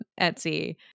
Etsy